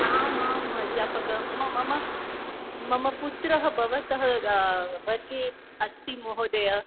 आम् आम् अध्यापक मम मम मम पुत्रः भवतः वर्गे अस्ति महोदय